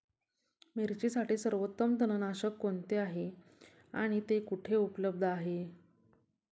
मिरचीसाठी सर्वोत्तम तणनाशक कोणते आहे आणि ते कुठे उपलब्ध आहे?